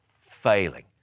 failing